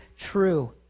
true